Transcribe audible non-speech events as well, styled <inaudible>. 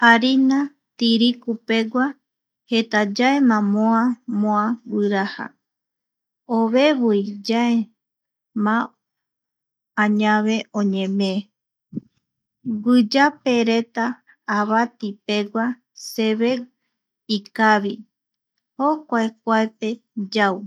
Harina tiriku pegua jeta yaema moa moa guiraja ovevii yae ma <noise> añave oñenee, guiyape reta avati pegua seve ikavi jokua kuape yau,